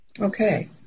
Okay